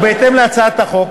ובהתאם להצעת החוק,